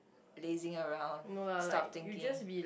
lazing around stuff thinking